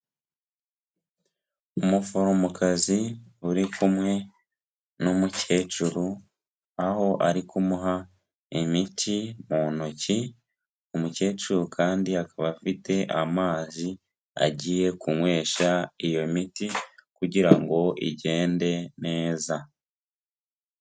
Umuforomokazi uri kumwe n'umukecuru, aho ari kumuha imiti mu ntoki, umukecuru kandi akaba afite amazi agiye kunywesha iyo miti kugira ngo igende neza.